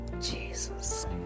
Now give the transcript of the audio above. Jesus